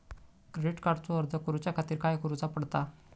Credit कार्डचो अर्ज करुच्या खातीर काय करूचा पडता?